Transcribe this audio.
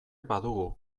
badugu